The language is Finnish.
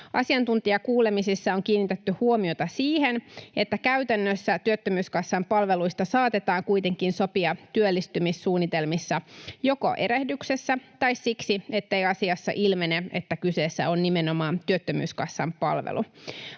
Asiantuntijakuulemisissa on kiinnitetty huomiota siihen, että käytännössä työttömyyskassan palveluista saatetaan kuitenkin sopia työllistymissuunnitelmissa joko erehdyksessä tai siksi, ettei asiassa ilmene, että kyseessä on nimenomaan työttömyyskassan palvelu.